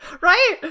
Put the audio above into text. right